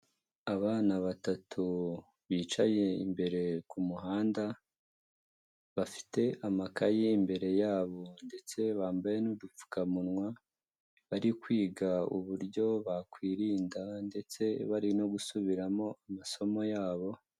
Abana batatu bicaye imbere ku muhanda bafite amakaye imbere yabo ndetse bambaye n'udupfukamunwa bari kwiga uburyo bakwirinda ndetse bari no gusubiramo amasomo yabo.